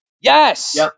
yes